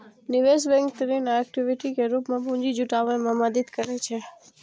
निवेश बैंक ऋण आ इक्विटी के रूप मे पूंजी जुटाबै मे मदति करै छै